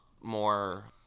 more